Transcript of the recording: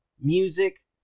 music